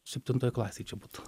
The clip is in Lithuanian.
septintoj klasėj čia būtų